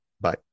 Bye